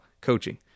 coaching